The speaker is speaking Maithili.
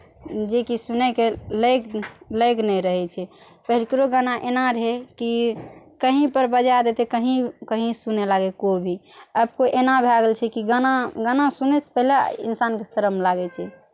जेकि सुनैके लागि नहि रहै छै पहिलकरो गाना एना रहै कि कहीं पर बजै देतै कहीं कहीं सुनै लागै कोइ भी आब कोइ एना भए गेल छै कि गाना गाना सुनै से पहिले इन्सान के सरम लागै छै